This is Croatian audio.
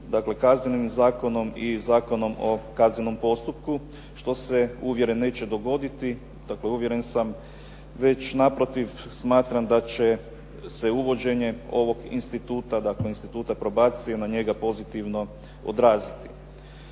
zakona, Kaznenim zakonom i Zakonom o kaznenom postupku, što sam uvjeren se neće dogoditi, uvjeren sam. Već naprotiv smatram da će se uvođenje ovog instituta, dakle instituta probacije na njega pozitivno odraziti.